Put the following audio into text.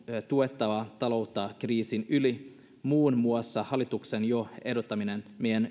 tuettava taloutta kriisin yli muun muassa hallituksen jo ehdottamien